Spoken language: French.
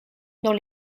dans